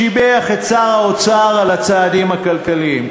שיבח את שר האוצר על הצעדים הכלכליים.